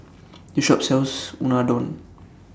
This Shop sells Unadon